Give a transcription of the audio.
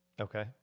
Okay